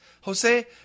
Jose